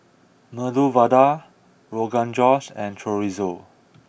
Medu Vada Rogan Josh and Chorizo